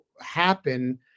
happen